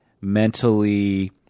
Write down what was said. mentally